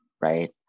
right